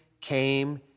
came